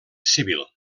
civil